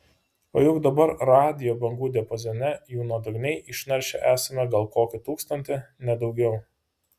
o juk dabar radijo bangų diapazone jų nuodugniai išnaršę esame gal kokį tūkstantį ne daugiau